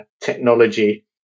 technology